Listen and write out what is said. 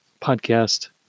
podcast